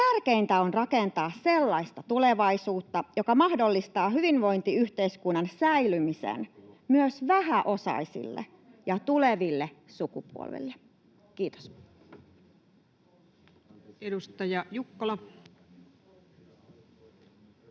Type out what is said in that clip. Tärkeintä on rakentaa sellaista tulevaisuutta, joka mahdollistaa hyvinvointiyhteiskunnan säilymisen myös vähäosaisille ja tuleville sukupolville. — Kiitos.